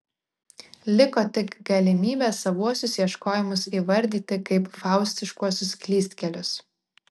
liko tik galimybė savuosius ieškojimus įvardyti kaip faustiškuosius klystkelius